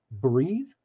breathe